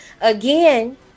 Again